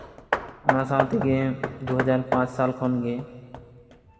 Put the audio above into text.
ᱚᱱᱟ ᱥᱟᱶ ᱛᱮᱜᱮ ᱫᱩ ᱦᱟᱡᱟᱨ ᱯᱟᱸᱪ ᱥᱟᱞ ᱠᱷᱚᱱᱜᱮ